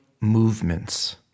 movements